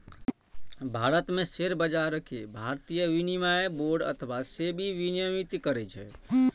भारत मे शेयर बाजार कें भारतीय विनिमय बोर्ड अथवा सेबी विनियमित करै छै